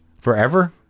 Forever